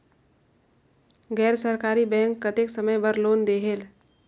गैर सरकारी बैंक कतेक समय बर लोन देहेल?